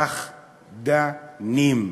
פחדנים,